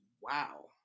wow